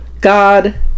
God